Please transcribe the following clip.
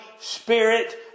spirit